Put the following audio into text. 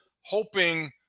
hoping